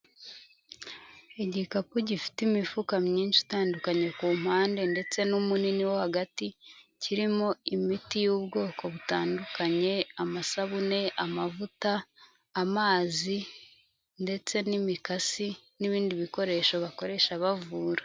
Igikapu gifite imifuka myinshi itandukanye ku mpande, ndetse n'umunini wo hagati, kirimo imiti y'ubwoko butandukanye, amasabune, amavuta, amazi, ndetse n'imikasi, n'ibindi bikoresho bakoresha bavura.